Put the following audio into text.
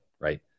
right